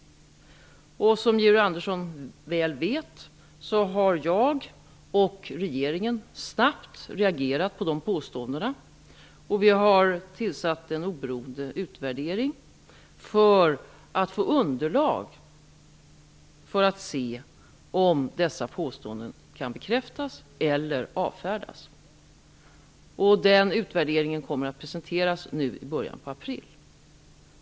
Som Georg Andersson väl vet, har jag och regeringen snabbt reagerat på dessa påståenden. Vi har tillsatt en oberoende utvärdering för att få ett underlag för att kunna se om dessa påståenden kan bekräftas eller avfärdas. Den utvärderingen kommer att presenteras i början av april.